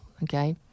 Okay